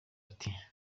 ati